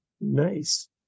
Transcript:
nice